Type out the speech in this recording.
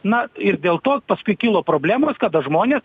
na ir dėl to paskui kilo problemos kada žmonės